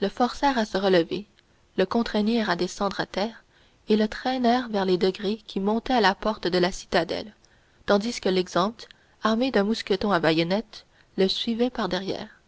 le forcèrent de se relever le contraignirent à descendre à terre et le traînèrent vers les degrés qui montent à la porte de la citadelle tandis que l'exempt armé d'un mousqueton à baïonnette le suivait par-derrière